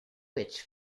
which